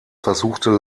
versuchte